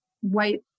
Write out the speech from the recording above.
white